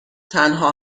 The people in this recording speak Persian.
تنها